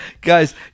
Guys